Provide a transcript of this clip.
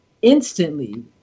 Instantly